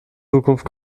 zukunft